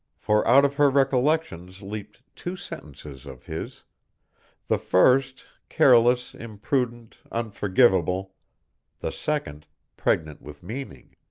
for out of her recollections leaped two sentences of his the first careless, imprudent, unforgivable the second pregnant with meaning.